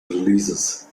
releases